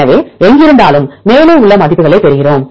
எனவே எங்கிருந்தாலும் மேலே உள்ள மதிப்புகளைப் பெறுகிறோம்